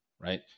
right